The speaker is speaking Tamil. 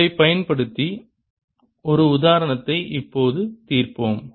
இதைப் பயன்படுத்தி ஒரு உதாரணத்தை இப்போது தீர்ப்போம்